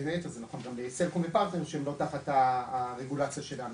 בין היתר זה נכון גם לסלקום ופרטנר שהם לא תחת הרגולציה שלנו,